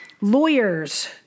lawyers